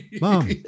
mom